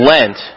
Lent